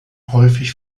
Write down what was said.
häufig